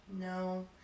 no